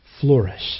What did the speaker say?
flourish